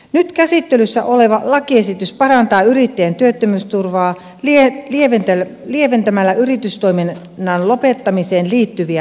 nyt käsittelyssä oleva lakiesitys parantaa yrittäjien työttömyysturvaa lieventämällä yritystoiminnan lopettamiseen liittyviä vaatimuksia